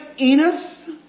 Enos